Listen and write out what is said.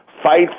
fight